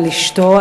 על אשתו,